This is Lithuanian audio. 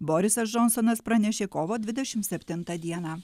borisas džonsonas pranešė kovo dvidešim septintą dieną